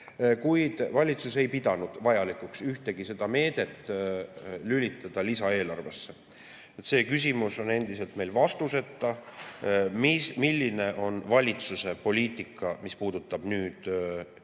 Kuid valitsus ei pidanud vajalikuks ühtegi seda meedet lülitada lisaeelarvesse. See küsimus on endiselt vastuseta, milline on valitsuse poliitika, mis puudutab